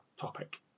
topic